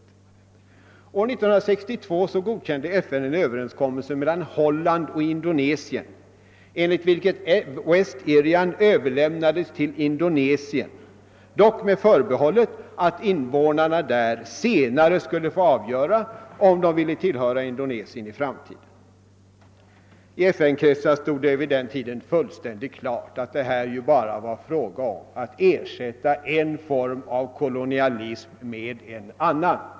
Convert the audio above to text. År 1962 godkände FN en överenskommelse mellan Holland och Indonesien enligt vilken West Irian överlämnades till Indonesien, dock med förbehållet att invånarna senare skulle få avgöra om de ville tillhöra Indonesien i framtiden. I FN-kretsar stod det vid den tiden fullständigt klart att det här var fråga om att ersätta en form av kolonialism med en annan.